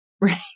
Right